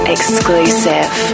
Exclusive